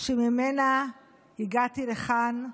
שממנה הגעתי לכאן,